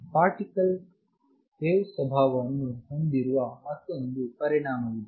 particle wave ಸ್ವಭಾವವನ್ನು ಹೊಂದಿರುವ ಮತ್ತೊಂದು ಪರಿಣಾಮವಿದೆ